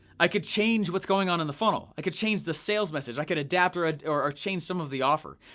i could change what's going on in the funnel. i could change the sales message. i could adapt or ah or change some of the offer.